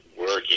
working